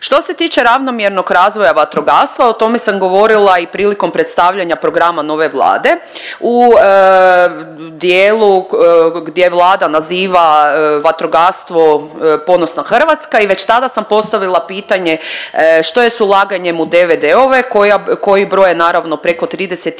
Što se tiče ravnomjernog razvoja vatrogastva, o tome sam govorila i prilikom predstavljanja programa nove Vlade u dijelu gdje Vlada naziva vatrogastvo Ponosna Hrvatska i već tada sam postavila pitanje što je s ulaganjem u DVD-ove koji broje naravno preko 35